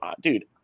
Dude